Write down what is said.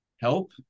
help